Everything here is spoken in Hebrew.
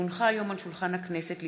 כי הונחו היום על שולחן הכנסת,